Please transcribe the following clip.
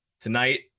tonight